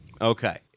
Okay